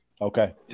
Okay